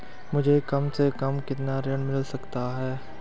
मुझे कम से कम कितना ऋण मिल सकता है?